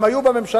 הן היו בממשלה,